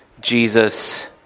Jesus